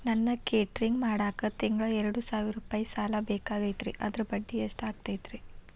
ನನಗ ಕೇಟರಿಂಗ್ ಮಾಡಾಕ್ ತಿಂಗಳಾ ಎರಡು ಸಾವಿರ ರೂಪಾಯಿ ಸಾಲ ಬೇಕಾಗೈತರಿ ಅದರ ಬಡ್ಡಿ ಎಷ್ಟ ಆಗತೈತ್ರಿ?